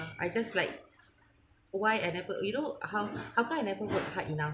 I just like why I never you know how how come I never work hard enough